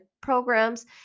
programs